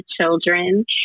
children